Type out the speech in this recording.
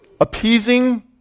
appeasing